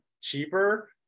cheaper